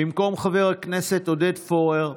במקום חבר הכנסת עודד פורר,